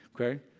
Okay